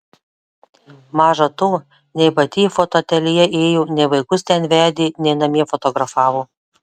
maža to nei pati į fotoateljė ėjo nei vaikus ten vedė nei namie fotografavo